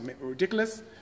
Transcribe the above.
ridiculous